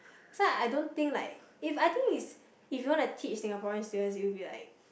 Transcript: so I I don't think like if I think is if you want to teach Singaporean students it will be like